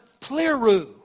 pleru